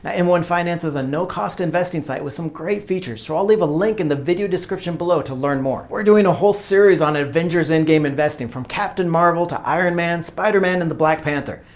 ah m one finance is a no-cost investing site with some great features so i'll leave a link in the video description to learn more. we're doing a whole series on avengers endgame investing from captain marvel to iron man, spiderman and the black panther.